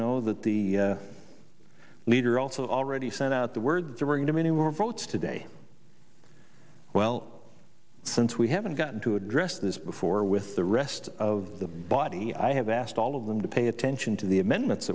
know that the leader also already sent out the word during a meeting were votes today well since we haven't gotten to address this before with the rest of the body i have asked all of them to pay attention to the amendments